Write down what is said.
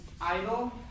idle